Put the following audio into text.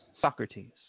Socrates